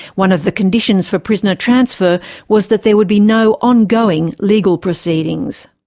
one of the conditions for prisoner transfer was that there would be no ongoing legal proceedings.